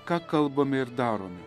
ką kalbame ir darome